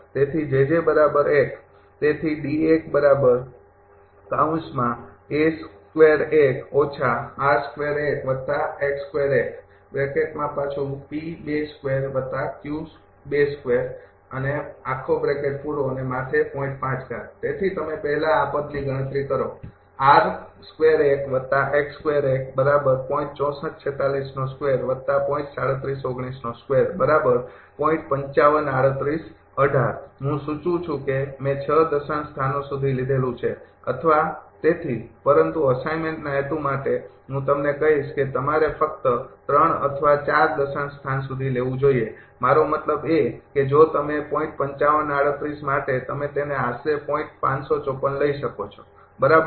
તેથી તેથી તેથી તમે પહેલા આ પદ ની ગણતરી કરો હું સૂચવું છું કે મેં ૬ દશાંશ સ્થાન સુધી લીધેલું છે અથવા તેથી પરંતુ અસાઇનમેન્ટના હેતુ માટે હું તમને કહીશ કે તમારે ફક્ત ૩ અથવા ૪ દશાંશ સ્થાન સુધી લેવું જોઈએ મારો મતલબ એ કે જો તમે માટે તમે તેને આશરે તેને લઈ શકો છો બરાબર